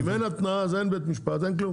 אם אין התנעה, אין בית משפט, אין כלום.